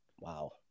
Wow